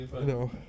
No